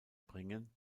bringen